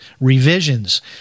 revisions